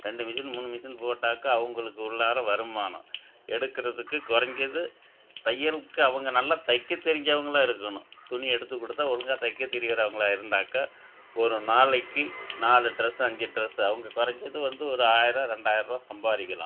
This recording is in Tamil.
ரெண்டு மிஷின் மூணு மிஷின் போட்டாக்கா அவங்களுக்கு உள்ளார வருமானம் எடுக்குறதுக்கு குறஞ்சது தையல்க்கு அவங்க நல்லா தைக்க தெரிஞ்சவங்களா இருக்கணும் துணி எடுத்து கொடுத்தா ஒழுங்காக தைக்க தெரியுறவங்களா இருந்தாக்கா ஒரு நாளைக்கு நாலு ட்ரெஸ்ஸு அஞ்சு ட்ரெஸ்ஸு அவங்க குறஞ்சது வந்து ஒரு ஆயிரம் ரெண்டாயிர்ரூவா சம்பாதிக்கலாம்